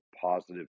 positive